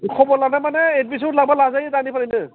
खबर लानो माने एदमिसन लाबा लाजायो दानिफ्रायनो